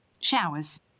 Showers